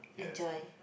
enjoy